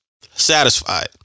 satisfied